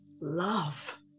love